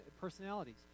personalities